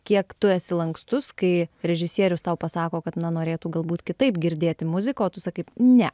kiek tu esi lankstus kai režisierius tau pasako kad na norėtų galbūt kitaip girdėti muziką o tu sakai ne